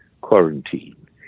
quarantine